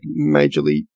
majorly